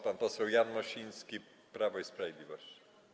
Pan poseł Jan Mosiński, Prawo i Sprawiedliwość.